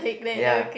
ya